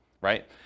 right